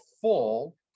full